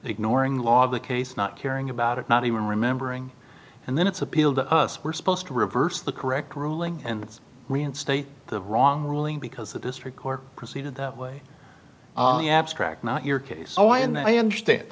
ignoring the law the case not caring about it not even remembering and then it's appealed to us we're supposed to reverse the correct ruling and reinstate the wrong ruling because the district court proceeded that way the abstract not your case so i and i understand